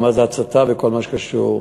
מה זה הצתה וכל מה שקשור.